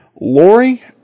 Lori